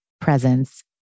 presence